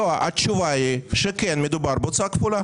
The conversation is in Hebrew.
התשובה היא שכן מדובר בהוצאה כפולה.